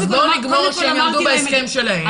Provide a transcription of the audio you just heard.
אז שהם יעמדו בהסכם שלהם,